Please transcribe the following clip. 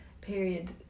period